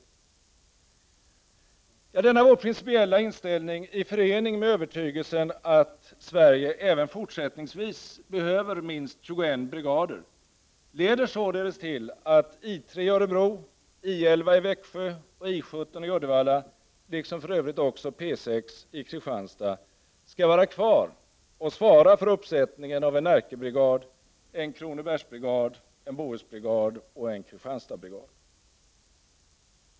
Denna vår principiella inställning i förening med övertygelsen att Sverige även fortsättningsvis behöver minst 21 brigader leder således till att I 3 i Örebro, I 11 i Växjö och I 17 i Uddevalla — liksom för övrigt också P 6 i Kristianstad — skall vara kvar och svara för uppsättningen av en Närkebrigad, en Kronobergsbrigad, en Bohusoch en Kristianstadsbrigad.